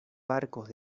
barcos